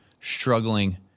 struggling